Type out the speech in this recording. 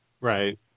Right